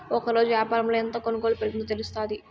ఒకరోజు యాపారంలో ఎంత కొనుగోలు పెరిగిందో తెలుత్తాది